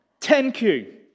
10Q